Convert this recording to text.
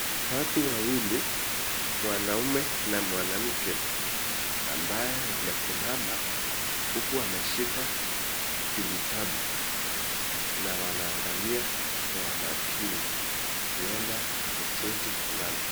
Watu wawili mwanaume na mwanamke ambao wamesimama huku wameshika kijitabu na wanaangalia kwa makini huenda ni cheti fulani.